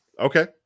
okay